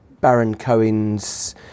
Baron-Cohen's